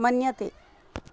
मन्यते